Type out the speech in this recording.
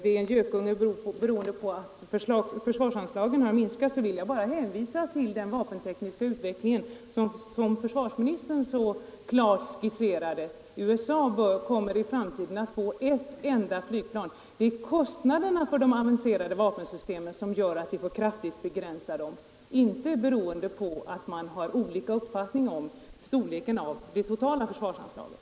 Beträffande frågan om gökungen och försvarsanslagens minskning vill jag hänvisa till den vapentekniska utvecklingen, som försvarsministern så klart visade tidigare då USA i framtiden kommer att få ett enda flygplan! Det är kostnaderna för de avancerade vapensystemen som gör att vi får kraftigt begränsa utvecklingen av dem och inte beroende på att man har olika uppfattning om storleken av det totala försvarsanslaget.